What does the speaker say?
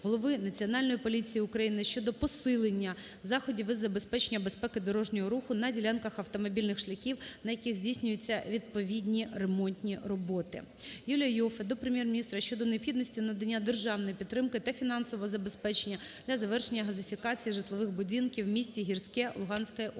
голови Національної поліції України щодо посилення заходів із забезпечення безпеки дорожнього руху на ділянках автомобільних шляхів, на яких здійснюються відповідні ремонтні роботи. Юлія Іоффе до Прем'єр-міністра щодо необхідності надання державної підтримки та фінансового забезпечення для завершення газифікації житлових будинків в місті Гірське Луганської області.